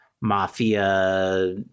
mafia